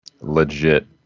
legit